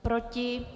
Proti?